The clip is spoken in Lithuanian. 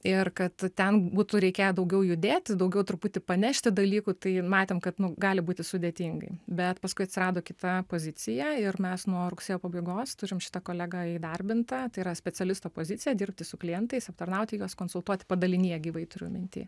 ir kad ten būtų reikėję daugiau judėti daugiau truputį panešti dalykų tai matėm kad nu gali būti sudėtingai bet paskui atsirado kita pozicija ir mes nuo rugsėjo pabaigos turim šitą kolegą įdarbintą tai yra specialisto pozicija dirbti su klientais aptarnauti juos konsultuoti padalinyje gyvai turiu minty